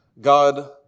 God